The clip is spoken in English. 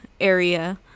area